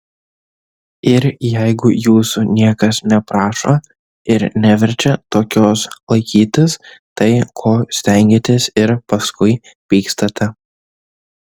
ir jeigu jūsų niekas neprašo ir neverčia tokios laikytis tai ko stengiatės ir paskui pykstate